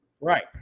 Right